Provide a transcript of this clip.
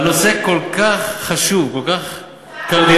על נושא כל כך חשוב, כל כך קרדינלי.